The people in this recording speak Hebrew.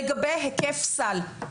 לגבי היקף סל.